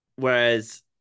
Whereas